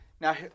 Now